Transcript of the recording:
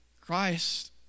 Christ